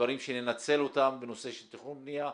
לדברים שננצל אותם בנושא של תכנון ובניה,